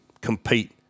compete